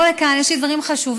בוא לכאן, יש לי דברים חשובים.